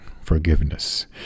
forgiveness